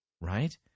right